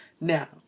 Now